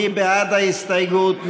מי בעד ההסתייגות?